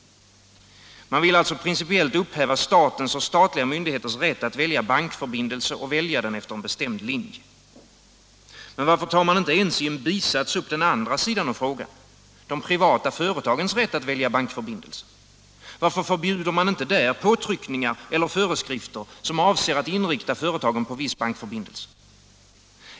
Man vill alltså principiellt upphäva statens och statliga myndigheters rätt att välja bankförbindelse och välja den efter en bestämd linje. Men varför tar man inte ens i en bisats upp den andra sidan av frågan: de privata företagens rätt att välja bankförbindelse? Varför förbjuder man inte där påtryckningar eller föreskrifter som avser att inrikta företagen på viss bankförbindelse?